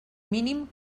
mínim